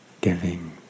giving